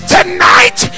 Tonight